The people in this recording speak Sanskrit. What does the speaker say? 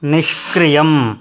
निष्क्रियम्